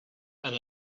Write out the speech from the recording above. and